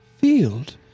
field